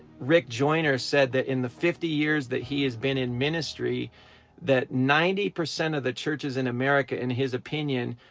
rick joyner said that in the fifty years that he has been in ministry that ninety percent of the churches in america in his opinion,